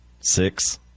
six